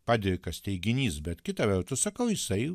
padrikas teiginys bet kita vertus sakau jisai